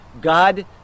God